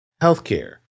healthcare